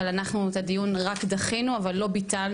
אבל אנחנו רק דחינו את הדיון ולא ביטלו.